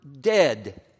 dead